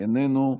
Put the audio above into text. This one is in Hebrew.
איננו,